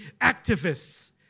activists